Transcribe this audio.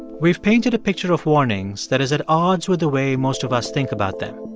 we've painted a picture of warnings that is at odds with the way most of us think about them.